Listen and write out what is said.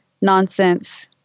nonsense